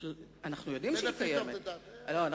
אנחנו יודעים שהיא קיימת.